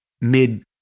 mid